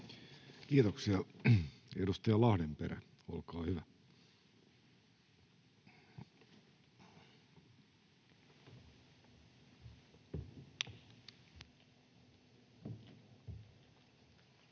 Kiitoksia. — Edustaja Lahdenperä, olkaa hyvä. Arvoisa